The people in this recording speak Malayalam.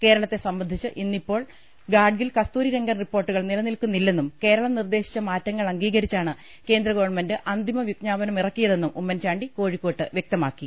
കേരളത്തെ സംബന്ധിച്ച് ഇന്നിപ്പോൾ ഗാഡ്ഗിൽ കസ്തൂരിരംഗൻ റിപ്പോർട്ടുകൾ നിലനിൽക്കുന്നില്ലെന്നും കേരളം നിർദ്ദേശിച്ച മാറ്റങ്ങൾ അംഗീകരിച്ചാണ് കേന്ദ്ര ഗവൺമെന്റ് അന്തിമ വിജ്ഞാ പനമിറക്കിയതെന്നും ഉമ്മൻചാണ്ടി കോഴിക്കോട്ട് വൃക്തമാക്കി